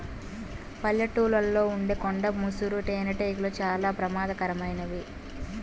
పల్లెటూళ్ళలో ఉండే కొండ ముసురు తేనెటీగలు చాలా ప్రమాదకరమైనవి